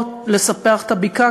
או לספח את הבקעה,